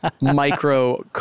micro